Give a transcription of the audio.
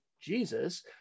Jesus